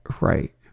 right